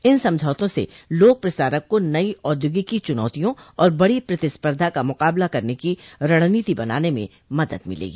इन समझौतों से लोक प्रसारक को नई प्रौद्योगिकी चुनौतियों और कड़ी प्रतिस्पर्धा का मुकाबला करने की रणनीति बनाने में मदद मिलेगी